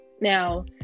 Now